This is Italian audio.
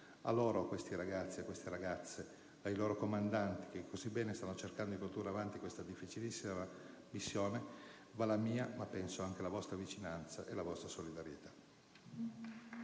A loro, a questi ragazzi, alle ragazze, ai loro comandanti, che così bene stanno cercando di condurre avanti questa difficilissima missione, vanno la mia e - sono convinto - anche la vostra vicinanza e la vostra solidarietà.